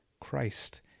Christ